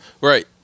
Right